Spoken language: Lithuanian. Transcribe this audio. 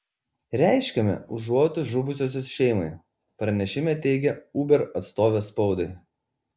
reiškiame užuojautą žuvusiosios šeimai pranešime teigė uber atstovė spaudai